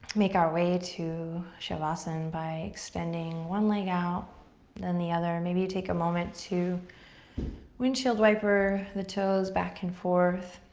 make our way to shavasana by extending one leg out then the other. and maybe you take a moment to windshield wiper the toes back and forth.